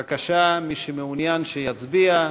בבקשה, מי שמעוניין, שיצביע.